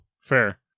Fair